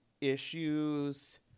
issues